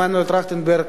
מנואל טרכטנברג,